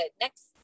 next